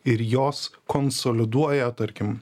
ir jos konsoliduoja tarkim